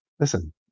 Listen